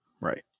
right